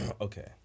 okay